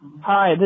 Hi